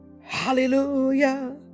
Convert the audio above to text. hallelujah